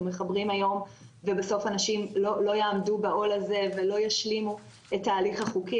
מחברים היום ובסוף אנשים לא יעמדו בעול הזה ולא ישלימו את ההליך החוקי,